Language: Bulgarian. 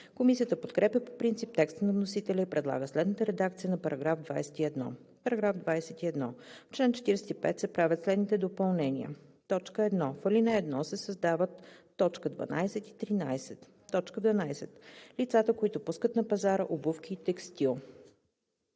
Комисията подкрепя по принцип текста на вносителя и предлага следната редакция на § 21: „§ 21. В чл. 45 се правят следните допълнения: 1. В ал. 1 се създават т. 12 и 13: „12. лицата, които пускат на пазара обувки и текстил;